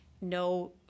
No